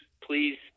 Please